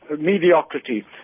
Mediocrity